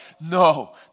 no